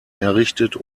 errichtet